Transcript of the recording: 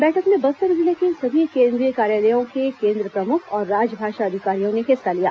बैठक में बस्तर जिले के सभी केन्द्रीय कार्यालयों के केन्द्र प्रमुख और राजभाषा अधिकारियों ने हिस्सा लिया